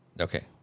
Okay